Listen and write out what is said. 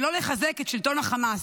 ולא לחזק את שלטון החמאס.